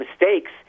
mistakes